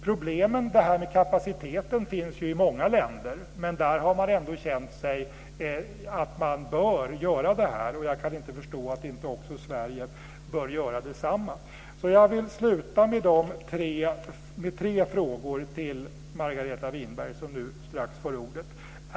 Problemet med kapaciteten finns i många länder där man ändå har känt på sig att man bör göra det här. Jag kan inte förstå att inte Sverige bör göra detsamma. Jag vill sluta med tre frågor till Margareta Winberg som nu strax får ordet.